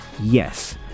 Yes